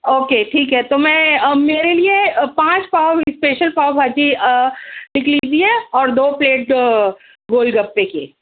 okay ٹھیک ہے تو میں میرے لیے پانچ پاؤ اسپیشل پاؤ بھاجی لکھ لیجیے اور دو پلیٹ گول گپے کے